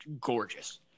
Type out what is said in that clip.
gorgeous